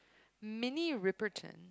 mini repetion